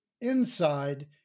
inside